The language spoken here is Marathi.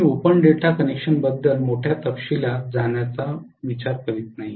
मी ओपन डेल्टा कनेक्शनबद्दल मोठ्या तपशीलात जाण्याचा विचार करीत नाही